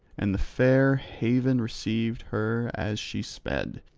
and the fair haven received her as she sped.